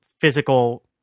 physical